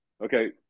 Okay